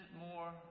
more